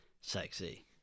Sexy